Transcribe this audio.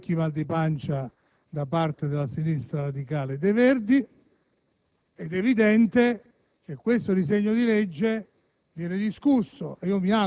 Non è un caso che questo disegno di legge abbia una fonte parlamentare non governativa e che - è noto